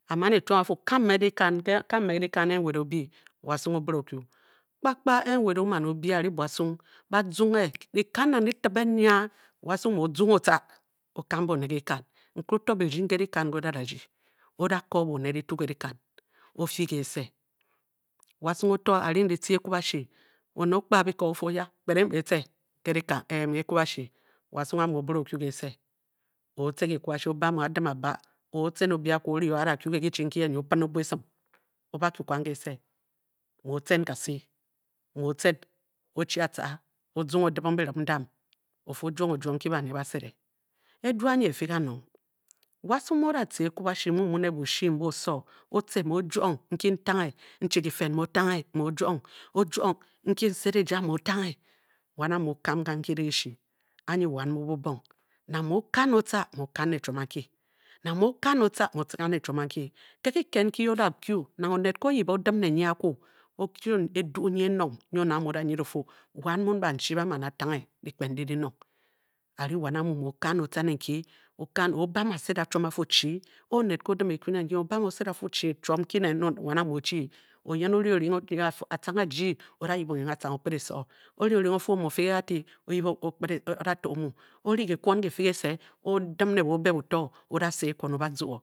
A- man e-tuo a- fu, kam mme ke dikan nke, kam mme ke dikan e-enwed o- bü wasung o- bire o- kyu, kpakpa e- nwed o-man o-bü a- ring buasung ba zonghe e, dikan nang gi tìbé naa, wasung mu o zonghe o- tca o- kam bone, ke dikan nkere oto, birding ke dukan nke. o- da da rdi o- da ko bone ki tu ke dìkan o- fyì ke-se, wasung o to a ring kitci e kwubashi, bone o-kpa biko o-fu oya, kpede be etce ke ekwubashi, wasung amu obìré o-kyu kése, o-tce ke ekwubashi o- bam o, a- dim a- ba or otcen o- bü akwu o-ri o a- da kyu ke kichu nki yen nyi o-pin o-bua esim o- ba kyu kwan ke-se mu o-tcen kasi, mu o o-tcen o-chi atca, ozonghe o- dibog birim ndam o-fii o juong o-juong nke bane ba sede edu anyi e-fü ganang, wasung mu o-da tca ekwubashi mu mu ne bushi mbu oso, o-tce mu o oyang nki ntanghe, nchi kifen mu o-tanghe. mu o-juong nki n-sed e-ja mu otangbhe. wan amu o-kam kanchi ke dìshí anyi wan mu búbòng. Nang mu o- kan ot ca, mu o-kan ne chiom anki. kiked nki o-da kyu nang oned nke o-yib a o-dim ne nyi akwu o- ching edu nyi enong nyi oned amu o-da nyideng o-fu wan muun banchi ba man a e-tanghe dyikpen ndi dinong a- ring wan a mu mu o-kan o-tca ne nk, o-kan, o-o banejhe ba sed a chiom ba fu o- chi, oned nke o dim ekwune nyi o-bam ba sed a ba- fu chi chiom nki nen ne wan amu ochi, oyen o-ri, oring a tcang o-kped eso, o-ri o-ri o-fu o mu o-fü ke ka ti o yip o- da to amu, o ri o-fu ekwon e- fü ke se, o- dim ne bo-o be o- da sa ekwon o- ba zu o.